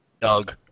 Doug